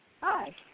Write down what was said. Hi